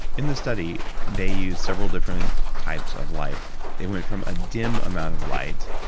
in this study, they used several different types of light. they went from a dim amount of light,